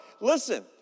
listen